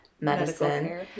medicine